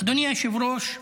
אדוני היושב-ראש,